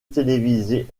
télévisée